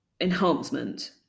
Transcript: enhancement